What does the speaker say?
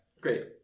Great